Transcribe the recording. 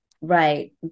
Right